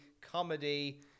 comedy